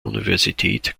universität